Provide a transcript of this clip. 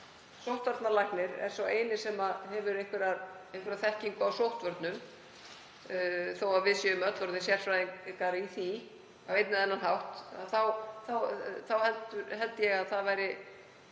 sóttvarnalæknir er sá eini sem hefur einhverja þekkingu á sóttvörnum, þó að við séum öll orðin sérfræðingar í því á einn eða annan hátt, þá held ég að enn þá